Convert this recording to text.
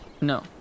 No